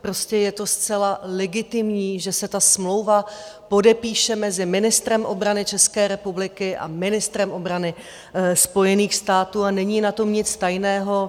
Prostě je to zcela legitimní, že se ta smlouva podepíše mezi ministrem obrany České republiky a ministrem obrany Spojených států a není na tom nic tajného.